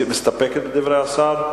מסתפקת בדברי השר?